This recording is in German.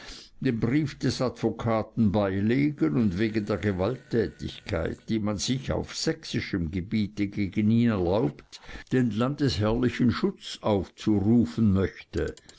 den brief des advokaten beilegen und wegen der gewalttätigkeit die man sich auf sächsischem gebiet gegen ihn erlaubt den landesherrlichen schutz aufrufen möchte